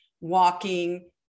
walking